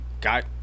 got